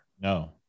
No